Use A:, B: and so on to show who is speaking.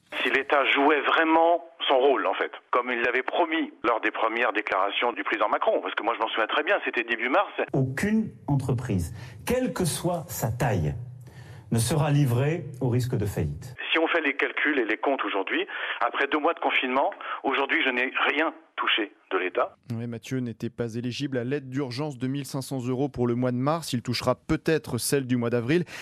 A: Si l'État jouait vraiment son rôle, en fait, comme il l'avait promis lors des premières déclarations du président Macron, parce que moi, je m'en souviens très bien, c'était début mars.
B: Aucune entreprise, quelle que soit sa taille, ne sera livrée au risque de faillite.
A: Si on fait les calculs et les comptes aujourd'hui, après deux mois de confinement, aujourd'hui, je n'ai rien touché de l'État.
C: Oui, Mathieu n'était pas éligible à l'aide d'urgence de 1 500 euros pour le mois de mars. Il touchera peut-être celle du mois d'avril.